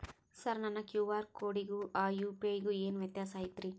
Sir ನನ್ನ QR ಕೊಡಿಗೂ ಆ ಯು.ಪಿ.ಐ ಗೂ ಏನ್ ವ್ಯತ್ಯಾಸ ಐತ್ರಿ?